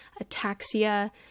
ataxia